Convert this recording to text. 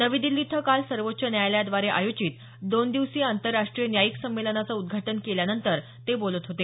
नवी दिल्ली इथं काल सर्वोच्च न्यायालयाद्वारे आयोजित दोन दिवसीय आंतरराष्ट्रीय न्यायिक संमेलनाचं उद्घाटन केल्यानंतर ते बोलत होते